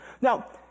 now